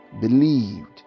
believed